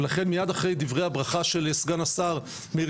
לכן מיד אחרי דברי הברכה שלי סגן השר מאיר